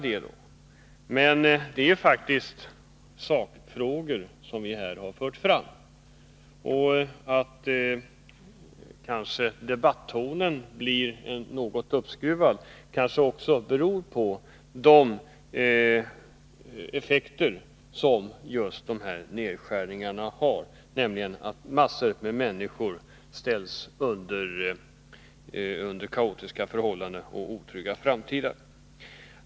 Men det är faktiskt sakfrågor som vi här har fört fram. Att debattonen blir något uppskruvad kanske beror på de effekter som nedskärningarna har, nämligen att massor av människor drabbas av kaotiska förhållanden och en otrygg framtid.